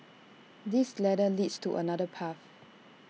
this ladder leads to another path